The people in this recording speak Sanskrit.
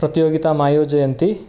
प्रतियोगिताम् आयोजयन्ति